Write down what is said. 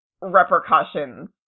repercussions